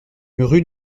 rue